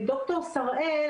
דוקטור שראל,